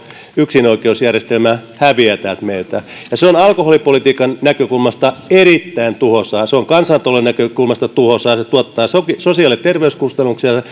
yksinoikeusjärjestelmä häviää täältä meiltä se on alkoholipolitiikan näkökulmasta erittäin tuhoisaa se on kansantalouden näkökulmasta tuhoisaa se tuottaa sosiaali ja terveyskustannuksia